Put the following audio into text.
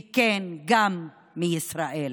וכן, גם מישראל.